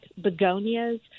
begonias